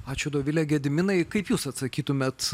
ačiū dovile gediminai kaip jūs atsakytumėt